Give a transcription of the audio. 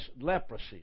leprosy